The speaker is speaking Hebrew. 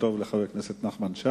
חבר הכנסת אלקין, בבקשה.